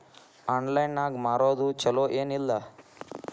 Online ನಾಗ್ ಮಾರೋದು ಛಲೋ ಏನ್ ಇಲ್ಲ?